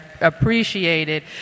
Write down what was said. appreciated